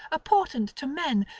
a portent to men,